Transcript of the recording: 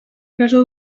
casó